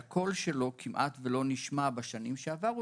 שהקול שלה כמעט ולא נשמע בשנים שעברו,